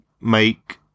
make